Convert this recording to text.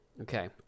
okay